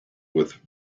with